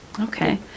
Okay